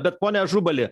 bet pone ažubali